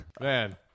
Man